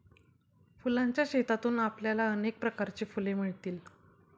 फुलांच्या शेतातून आपल्याला अनेक प्रकारची फुले मिळतील